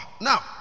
Now